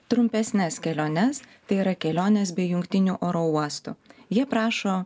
trumpesnes keliones tai yra kelionės be jungtinių oro uostų jie prašo